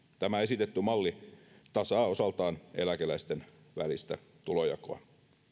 tämä esitetty malli tasaa osaltaan eläkeläisten välistä tulonjakoa